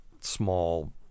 small